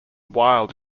wild